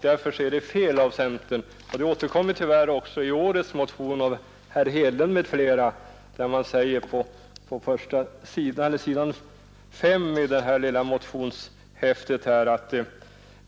Därför är det fel av centern att hänvisa till den — och den hänvisningen återkommer tyvärr också i fjolårets motion av herr Hedlund m.fl. där det på s. 5 i motionshäftet heter: